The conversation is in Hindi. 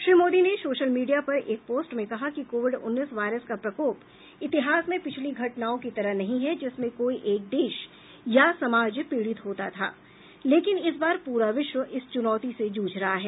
श्री मोदी ने सोशल मीडिया पर एक पोस्ट में कहा कि कोविड उन्नीस वायरस का प्रकोप इतिहास में पिछली घटनाओं की तरह नहीं है जिसमें कोई एक देश या समाज पीडित होता था लेकिन इस बार पूरा विश्व इस चुनौती से जूझ रहा है